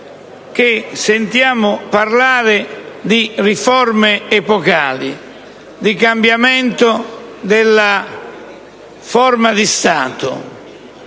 che sentiamo parlare di riforme epocali: di cambiamento della forma di Stato,